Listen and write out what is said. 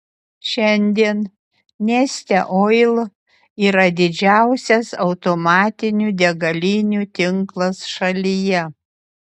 šiandien neste oil yra didžiausias automatinių degalinių tinklas šalyje